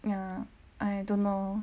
ya I don't know